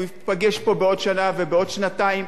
הוא ייפגש פה בעוד שנה ובעוד שנתיים.